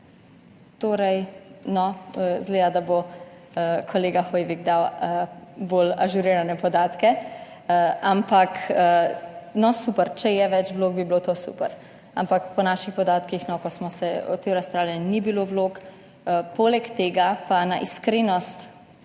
Izgleda, da bo kolega Hoivik dal bolj ažurirane podatke, ampak super, če je več vlog, bi bilo to super. Ampak po naših podatkih, ko smo o tem razpravljali, ni bilo vlog. Poleg tega pa na iskrenost